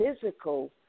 physical